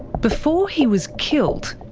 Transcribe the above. before he was killed,